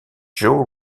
joe